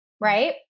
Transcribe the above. Right